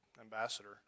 Ambassador